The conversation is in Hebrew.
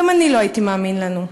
גם אני לא הייתי מאמין לנו.